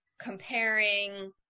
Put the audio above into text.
comparing